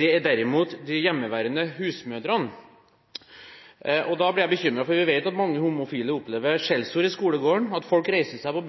Det er derimot de hjemmeværende husmødrene.» Da ble jeg bekymret. For vi vet at mange homofile opplever skjellsord i skolegården, at folk på bussen reiser seg